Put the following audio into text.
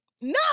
No